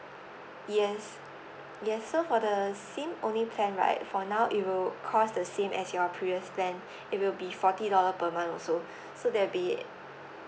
yes yes so for the SIM only plan right for now it will cause the same as your previous plan it will be forty dollar per month also so that would be